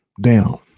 down